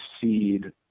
seed